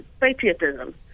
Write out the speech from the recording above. patriotism